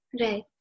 Right